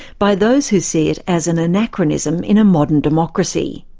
by those who see it as an anachronism in a modern democracy.